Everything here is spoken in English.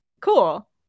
cool